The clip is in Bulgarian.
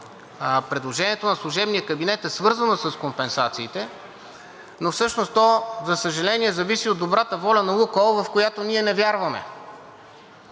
Предложението на служебния кабинет е свързано с компенсациите, но всъщност то, за съжаление, зависи от добрата воля на „Лукойл“, в която ние не вярваме.